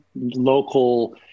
local